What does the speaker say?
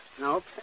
Nope